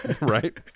Right